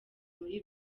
muri